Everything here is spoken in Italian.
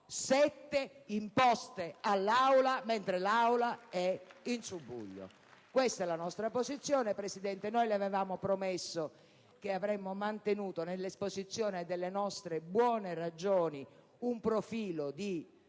sette imposte all'Aula mentre l'Aula è in subbuglio! Questa è la nostra posizione. Le avevamo promesso che avremmo mantenuto nell'esposizione delle nostre buone ragioni un profilo di